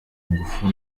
ngufu